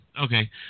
Okay